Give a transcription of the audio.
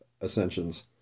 ascensions